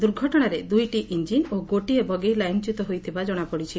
ଦୁର୍ଘଟଶାରେ ଦୁଇଟି ଇଞିନ ଓ ଗୋଟିଏ ବଗି ଲାଇନଚ୍ୟତ ହୋଇଥିବା ଜଣାପଡିଛି